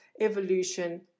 evolution